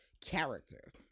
character